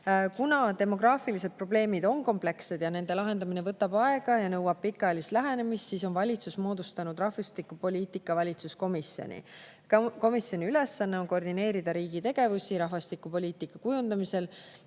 demograafilised probleemid on komplekssed ja nende lahendamine võtab aega ja nõuab pikaajalist lähenemist, on valitsus moodustanud rahvastikupoliitika valitsuskomisjoni. Komisjoni ülesanne on koordineerida riigi tegevusi rahvastikupoliitika kujundamisel